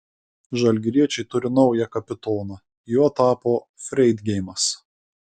žalgiriečiai turi naują kapitoną juo tapo freidgeimas